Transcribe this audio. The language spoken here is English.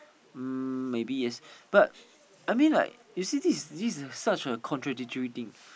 um maybe yes but I mean like you see this is this is such a contradictory thing